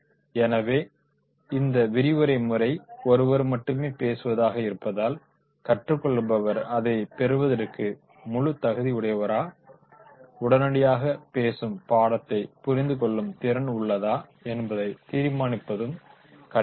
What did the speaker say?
எனவே இந்த விரிவுரை முறை ஒருவர் மட்டுமே பேசுவதாக இருப்பதால் கற்றுக் கொள்பவர் அதைப் பெறுவதற்கு முழு தகுதி உடையவரா உடனடியாக பேசும் பாடத்தைப் புரிந்துக் கொள்ளும் திறன் உள்ளதா என்பதை தீர்மானிதனப்பது கடினம்